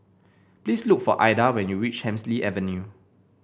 please look for Aida when you reach Hemsley Avenue